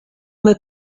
uma